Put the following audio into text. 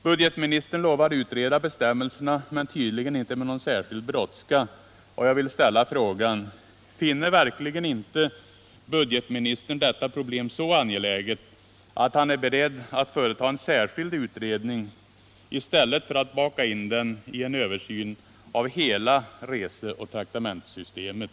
Budgetministern lovar att utreda bestämmelserna men tydligen inte med någon särskild brådska, och jag vill ställa frågan: Finner verkligen inte budgetministern detta problem så angeläget att han är beredd att företa en särskild utredning i stället för att baka in den i en översyn av hela reseoch traktamentssystemet?